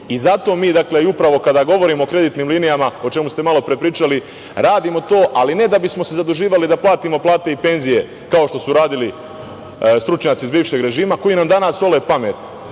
Zato mi, dakle, i upravo kada govorimo o kreditnim linijama, o čemu ste malopre pričali, radimo to ali ne da bismo se zaduživali da platimo plate i penzije, kao što su radili stručnjaci iz bivšeg režima koji nam danas sole pamet